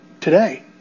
today